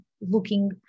looking